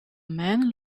man